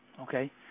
okay